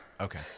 Okay